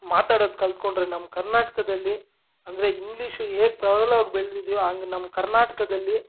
ಮಾತಾಡೋದು ಕಲ್ತುಕೊಂಡ್ರೆ ನಮ್ಮ ಕರ್ನಾಟಕದಲ್ಲಿ ಅಂದರೆ ಇಂಗ್ಲೀಷು ಏನು ಪ್ರಭಲವಾಗಿ ಬೆಳೆದಿದ್ಯೋ ಹಂಗ್ ನಮ್ಮ ಕರ್ನಾಟಕದಲ್ಲಿ